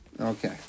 Okay